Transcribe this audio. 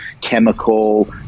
chemical